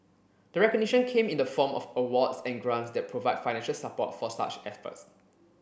the recognition came in the form of awards and grants that provide financial support for such efforts